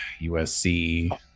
usc